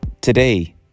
today